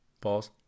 Pause